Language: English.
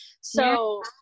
So-